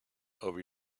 over